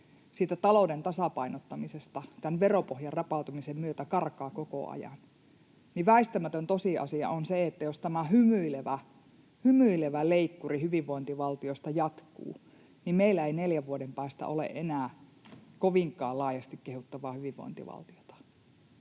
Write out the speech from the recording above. talouden tasapainottamisesta tämän veropohjan rapautumisen myötä karkaa koko ajan, niin väistämätön tosiasia on se, että jos tämä hymyilevä leikkuri hyvinvointivaltiosta jatkuu, niin meillä ei neljän vuoden päästä ole enää kovinkaan laajasti kehuttavaa hyvinvointivaltiota.